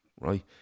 Right